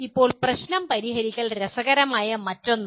ഇപ്പോൾ പ്രശ്നം പരിഹരിക്കൽ രസകരമായ മറ്റൊന്നാണ്